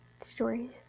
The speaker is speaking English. stories